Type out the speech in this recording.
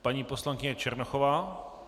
Paní poslankyně Černochová.